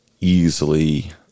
easily